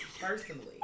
personally